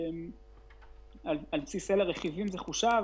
אמנם האגף למעונות יום הוא רגולטור של תחום מעונות היום,